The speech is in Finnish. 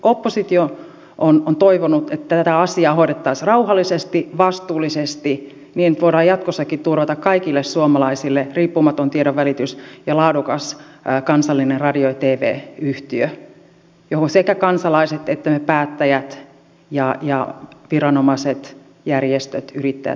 oppositio on toivonut että tätä asiaa hoidettaisiin rauhallisesti vastuullisesti niin että voidaan jatkossakin turvata kaikille suomalaisille riippumaton tiedonvälitys ja laadukas kansallinen radio ja tv yhtiö johon sekä kansalaiset me päättäjät viranomaiset järjestöt että yrittäjät voimme luottaa